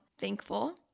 thankful